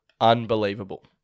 unbelievable